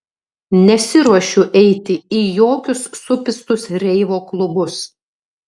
nesiruošiu eiti į jokius supistus reivo klubus